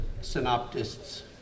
synoptists